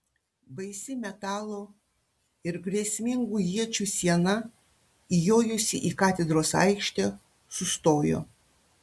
baisi metalo ir grėsmingų iečių siena įjojusi į katedros aikštę sustojo